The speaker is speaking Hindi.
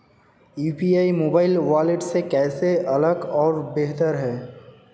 यू.पी.आई मोबाइल वॉलेट से कैसे अलग और बेहतर है?